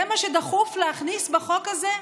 זה מה שדחוף להכניס בחוק הזה?